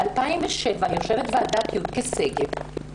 ב-2007 ישבה ועדת יודקה שגב,